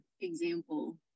example